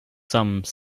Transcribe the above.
some